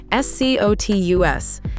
SCOTUS